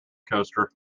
coaster